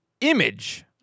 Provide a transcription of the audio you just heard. image